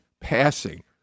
passing